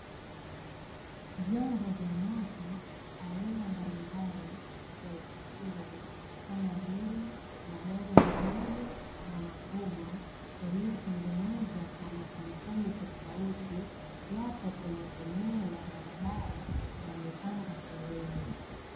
Vyombo vya moto aina mbalimbali vya usafiri kama vile magari madogo na makubwa yaliyotengenezwa kwa makampuni tofauti yapo kwenye eneo la barabara yamepanga foleni.